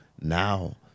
now